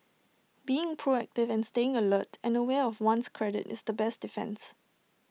being proactive and staying alert and aware of one's credit is the best defence